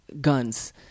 guns